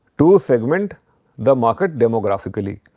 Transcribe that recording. to segment the market demographically.